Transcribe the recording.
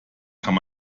kann